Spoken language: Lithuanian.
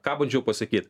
ką bandžiau pasakyt